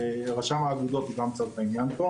שרשם האגודות הוא גם צד בעניין פה.